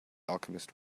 alchemist